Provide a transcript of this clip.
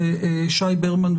אז שי ברמן,